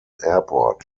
airport